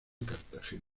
cartagena